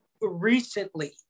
recently